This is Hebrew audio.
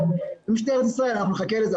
אנחנו נחכה לזה,